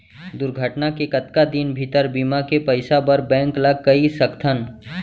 दुर्घटना के कतका दिन भीतर बीमा के पइसा बर बैंक ल कई सकथन?